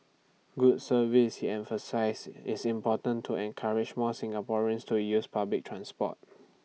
good service he emphasised is important to encourage more Singaporeans to use public transport